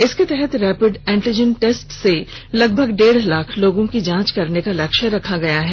इसके तहत rapid antigen test से लगभग डेढ लाख लोगों की जांच करने का लक्ष्य रखा गया है